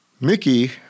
Mickey